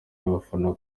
y’abafana